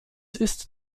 ist